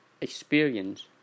experience